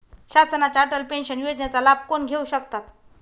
शासनाच्या अटल पेन्शन योजनेचा लाभ कोण घेऊ शकतात?